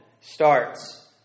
starts